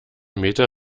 meter